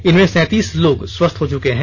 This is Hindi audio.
इनमें सैंतीस लोग लोग स्वस्थ हो चुके हैं